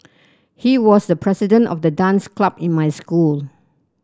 he was the president of the dance club in my school